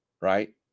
right